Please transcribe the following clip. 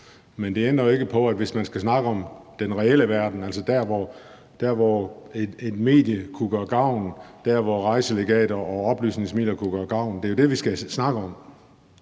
Men det ændrer jo ikke på, at det er den reelle verden – altså der, hvor et medie kunne gøre gavn, der, hvor rejselegater og oplysningsmidler kunne gøre gavn – vi skal snakke om.